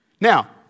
Now